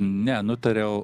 ne nutariau